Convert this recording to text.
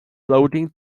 loading